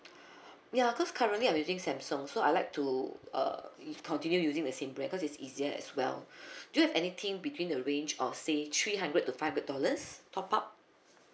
ya cause currently I'm using samsung so I like to uh if continue using the same brand because it's easier as well do you have anything between the range of say three hundred to five dollars top up